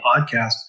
podcast